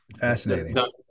fascinating